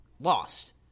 lost